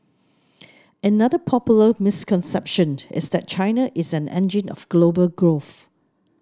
another popular misconception is that China is an engine of global growth